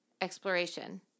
exploration